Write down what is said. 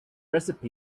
recipe